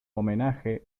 homenaje